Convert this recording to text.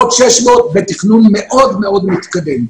עוד 600 בתכנון מאוד מתקדם.